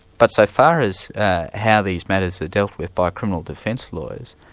but so far as how these matters are dealt with by criminal defence lawyers,